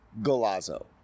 Golazo